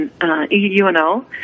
UNO